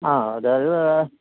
ആ അതായത്